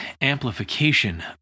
amplification